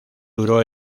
duró